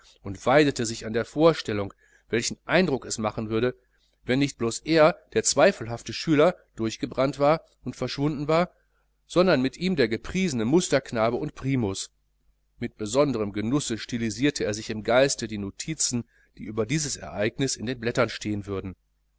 und weidete sich an der vorstellung welchen eindruck es machen würde wenn nicht blos er der zweifelhafte schüler durchgebrannt und verschwunden war sondern mit ihm der gepriesene musterknabe und primus mit besonderem genusse stilisierte er sich im geiste die notizen die über dieses ereignis in den blättern stehen würden